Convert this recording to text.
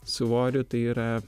svoriu tai yra